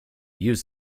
used